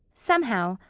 somehow,